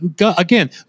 Again